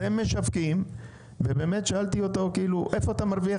הם משווקים ושאלתי אותו איפה הוא מרוויח